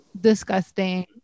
disgusting